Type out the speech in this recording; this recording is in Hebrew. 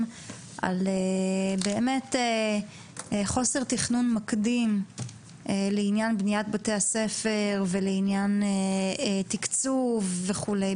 לעניין חוסר תכנון מקדים בבניית בתי הספר ולעניין תקצוב וכולי.